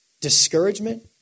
discouragement